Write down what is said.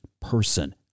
person